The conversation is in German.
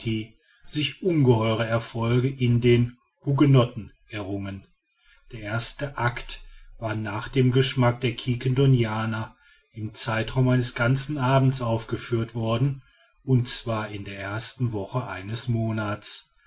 sich ungeheure erfolge in den hugenotten errungen der erste act war nach dem geschmack der quiquendonianer im zeitraum eines ganzen abends aufgeführt worden und zwar in der ersten woche eines monats